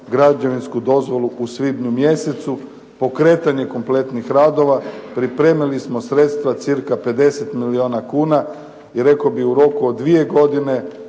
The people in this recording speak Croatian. građevinsku dozvolu u svibnju mjesecu. Pokretanje kompletnih radova. Pripremili smo sredstva cca 50 milijuna kuna. I rekao bih u roku od dvije godine